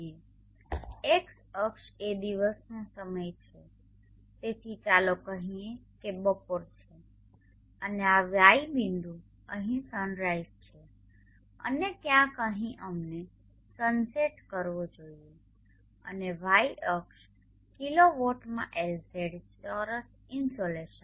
x અક્ષ એ દિવસનો સમય છે તેથી ચાલો કહીએ કે બપોર છે અને આ બિંદુ અહીં સન રાઇઝ છે અને ક્યાંક અહીં અમને સન સેટ કરવો જોઈએ અને y અક્ષ કિલોવોટમાં LZ છે ચોરસ ઇન્સોલેશન